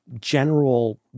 general